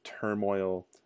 turmoil